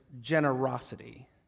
generosity